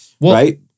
right